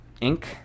ink